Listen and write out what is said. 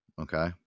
Okay